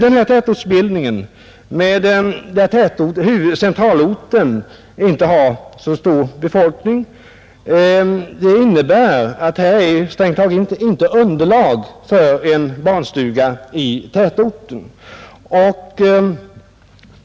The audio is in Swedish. Eftersom centralorten inte har så stor befolkning finns det strängt taget inte underlag för en barnstuga på den platsen.